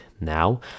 now